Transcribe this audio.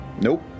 Nope